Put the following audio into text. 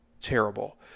Terrible